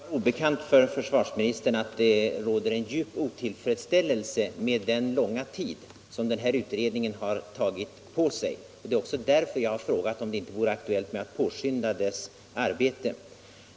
Herr talman! Det kan inte vara obekant för försvarsministern att det råder en djup otillfredsställelse med den långa tid som denna utredning har tagit på sig. Därför har jag frågat om det inte vore aktuellt att påskynda dess arbete.